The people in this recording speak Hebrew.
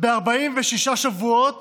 ב-46 שבועות